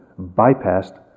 bypassed